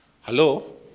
Hello